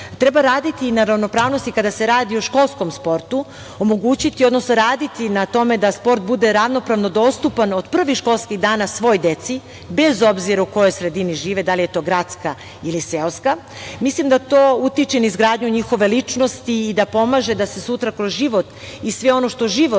raditi i na ravnopravnosti kada se radi o školsko sportu, omogućiti, odnosno raditi na tome da sport bude ravnopravno dostupan od prvih školskih dana svoj deci bez obzira u kojoj sredini žive, da li je to gradska ili seoska. Misli da to utiče i na izgradnju njihove ličnosti i da pomaže da se sutra kroz život i sve ono što život